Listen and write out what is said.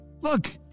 Look